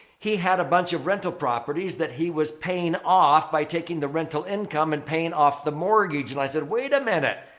he had a bunch of rental properties that he was paying off by taking the rental income and paying off the mortgage. and i said, wait a minute.